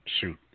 shoot